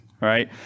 right